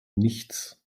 nichts